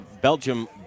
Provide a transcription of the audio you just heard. Belgium